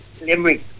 Limerick